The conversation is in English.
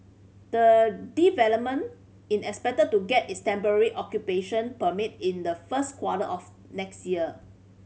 the development in expected to get its temporary occupation permit in the first quarter of next year